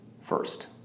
First